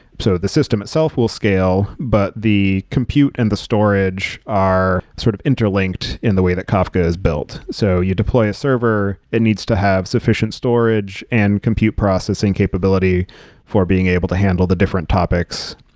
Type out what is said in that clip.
so, the system itself will scale, but the compute and the storage are sort of interlinked in the way that kafka is built. so, you deploy a server. it needs to have sufficient storage and compute processing capability for being able to handle the different topics.